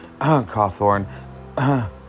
Cawthorn